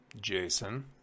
Jason